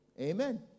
Amen